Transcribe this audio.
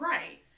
Right